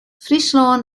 fryslân